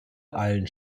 allen